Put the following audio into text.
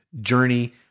journey